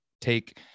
take